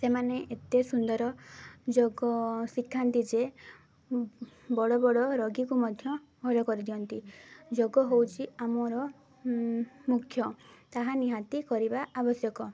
ସେମାନେ ଏତେ ସୁନ୍ଦର ଯୋଗ ଶିଖାନ୍ତି ଯେ ବଡ଼ ବଡ଼ ରୋଗୀକୁ ମଧ୍ୟ ଭଲ କରିଦିଅନ୍ତି ଯୋଗ ହେଉଛି ଆମର ମୁଖ୍ୟ ତାହା ନିହାତି କରିବା ଆବଶ୍ୟକ